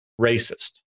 racist